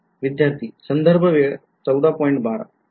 विध्यार्थी primed